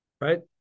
right